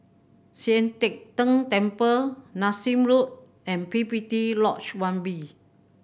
Sian Teck Tng Temple Nassim Road and P P T Lodge One B